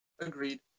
Agreed